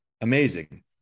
Amazing